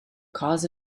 cause